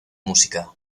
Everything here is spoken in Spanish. música